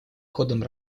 ходом